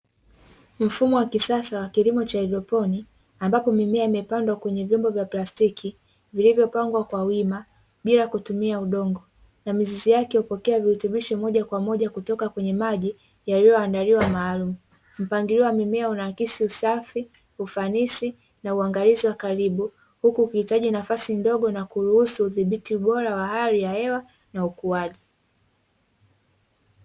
Mfumo wa kisasa wa kilimo cha hydroponi, ambapo mimea imepandwa kwenye vyombo vya plastiki; vilivyopangwa kwa wima bila kutumia udongo na mizizi yake hupokea virutubisho moja kwa moja kutoka kwenye maji yaliyoandaliwa maalum. Mpangilio wa mimea unaakisi usafi, ufanisi na uangalizi wa karibu, huku ukihitaji nafasi ndogo na kuruhusu udhibiti ubora wa hali ya hewa na ukuaji.